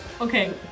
Okay